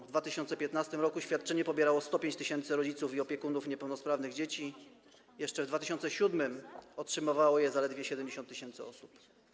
W 2015 r. świadczenie pobierało 105 tys. rodziców i opiekunów niepełnosprawnych dzieci, jeszcze w 2007 r. otrzymywało je zaledwie 70 tys. osób.